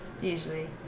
usually